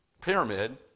pyramid